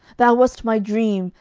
thou wast my dream,